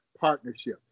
partnership